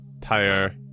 tire